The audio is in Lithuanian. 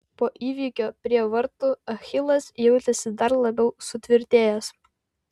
po įvykio prie vartų achilas jautėsi dar labiau sutvirtėjęs